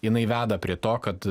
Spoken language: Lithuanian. jinai veda prie to kad